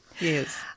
Yes